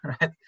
right